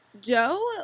Joe